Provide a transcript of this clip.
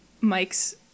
Mike's